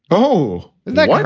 oh, right.